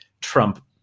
Trump